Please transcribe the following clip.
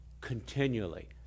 continually